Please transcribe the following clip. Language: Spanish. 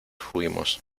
fuimos